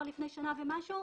כבר לפני שנה ומשהו,